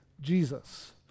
Jesus